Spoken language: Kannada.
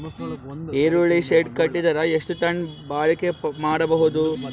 ಈರುಳ್ಳಿ ಶೆಡ್ ಕಟ್ಟಿದರ ಎಷ್ಟು ಟನ್ ಬಾಳಿಕೆ ಮಾಡಬಹುದು?